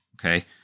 Okay